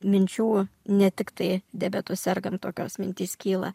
minčių ne tiktai diabetu sergant tokios mintys kyla